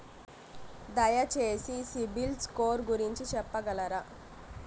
దయచేసి CIBIL score గురించి చెప్పగలరా?